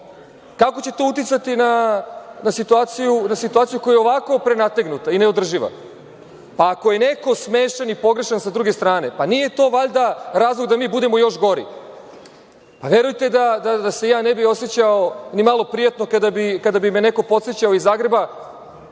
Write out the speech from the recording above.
Kako će to uticati na situaciju koja je i ovako prenategnuta i neodrživa? Pa, ako je neko smešan i pogrešan sa druge strane, pa nije to valjda razlog da mi budemo još gori? Verujte da se ja ne bih osećao nimalo prijatno kada bi me neko podsećao iz Zagreba